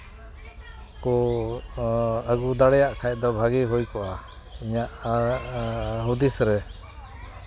ᱠᱚ ᱟᱹᱜᱩ ᱫᱟᱲᱮᱭᱟᱜ ᱠᱷᱟᱱ ᱫᱚ ᱵᱷᱟᱜᱮ ᱦᱩᱭ ᱠᱚᱜᱼᱟ ᱤᱧᱟᱹᱜ ᱦᱩᱫᱤᱥ ᱨᱮ